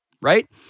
right